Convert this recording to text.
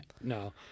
No